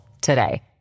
today